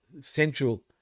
Central